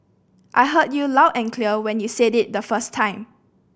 I heard you loud and clear when you said it the first time